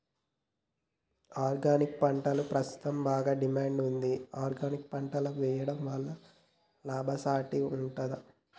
Organic పంటలకు ప్రస్తుతం బాగా డిమాండ్ ఉంది ఆర్గానిక్ పంటలు వేయడం వల్ల లాభసాటి ఉంటుందా?